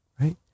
right